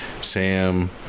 Sam